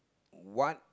what